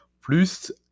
plus